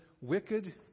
Wicked